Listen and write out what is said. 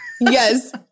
Yes